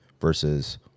versus